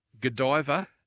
Godiva